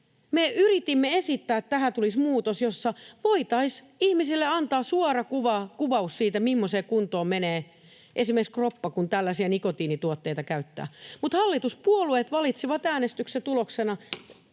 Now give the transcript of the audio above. me yritimme esittää, että tähän tulisi muutos, jossa voitaisiin ihmisille antaa suora kuvaus siitä, mimmoiseen kuntoon menee esimerkiksi kroppa, kun tällaisia nikotiinituotteita käyttää, mutta hallituspuolueet valitsivat äänestyksen tuloksena